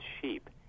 sheep